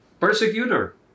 persecutor